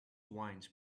wines